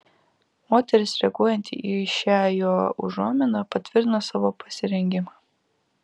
moteris reaguojanti į šią jo užuominą patvirtina savo pasirengimą